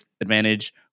advantage